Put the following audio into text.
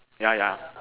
yeah yeah